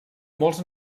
molts